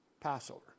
Passover